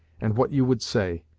and what you would say,